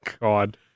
God